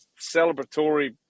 celebratory